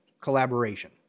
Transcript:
collaboration